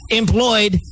employed